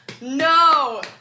no